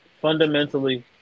fundamentally